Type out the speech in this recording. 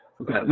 Okay